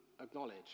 acknowledge